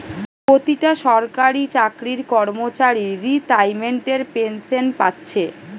পোতিটা সরকারি চাকরির কর্মচারী রিতাইমেন্টের পেনশেন পাচ্ছে